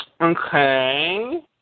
Okay